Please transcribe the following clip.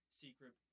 secret